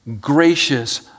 gracious